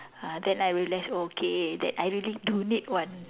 ah then I realise okay that I really do need one